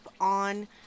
on